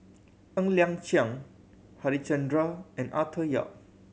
Ng Liang Chiang Harichandra and Arthur Yap